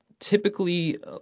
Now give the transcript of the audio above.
Typically